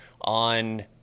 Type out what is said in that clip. on